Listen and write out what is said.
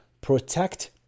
protect